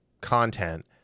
content